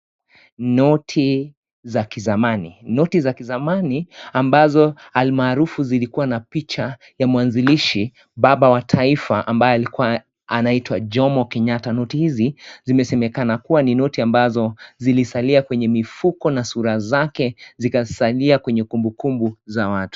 Noti za kizamani, noti za kizamani ambazo almaarufu zilikuwa na picha ya mwanzilishi baba wa taifa ambaye alikua anaitwa Jomo Kenyatta noti hizi zimesemekana kuwa ni noti ambazo zilisaria kwenye mifukoni na zura zake zikazalia kwenye kumbukumbu za watu.